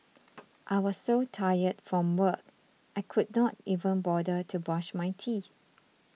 I was so tired from work I could not even bother to brush my teeth